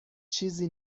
چیزی